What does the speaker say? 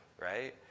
right